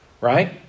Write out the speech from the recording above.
right